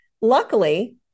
luckily